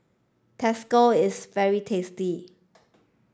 Tacos is very tasty